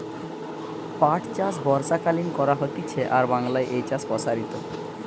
পাট চাষ বর্ষাকালীন করা হতিছে আর বাংলায় এই চাষ প্সারিত